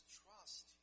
trust